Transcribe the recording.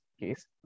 case